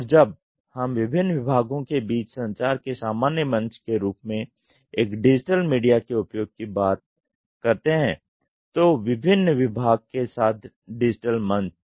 और जब हम विभिन्न विभागों के बीच संचार के सामान्य मंच के रूप में एक डिजिटल मीडिया के उपयोग कि बात करते हैं तो विभिन्न विभाग के साथ डिजिटल मंच